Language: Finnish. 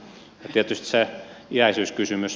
ja tietysti se iäisyyskysymys